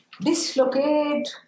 dislocate